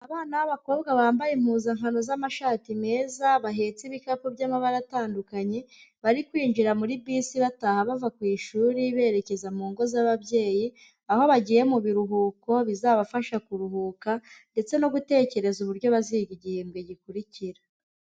Abana b'abakobwa bambaye impuzankano z'amashati meza bahetse ibikapu by'amabara atandukanye, bari kwinjira muri bisi bataha bava ku ishuri berekeza mu ngo z'ababyeyi, aho bagiye mu biruhuko bizabafasha kuruhuka ndetse no gutekereza uburyo baziga igihembwe gikurikira.